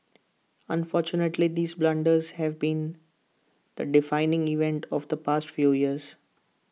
unfortunately these blunders have been the defining event of the past few years